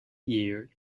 year